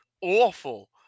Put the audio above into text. awful